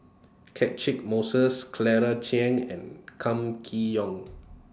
Catchick Moses Claire Chiang and Kam Kee Yong